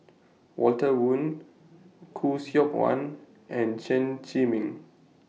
Walter Woon Khoo Seok Wan and Chen Zhiming